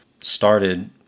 started